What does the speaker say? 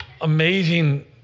amazing